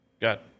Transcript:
Got